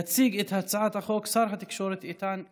יציג את הצעת החוק שר התקשורת איתן גינזבורג,